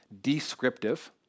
descriptive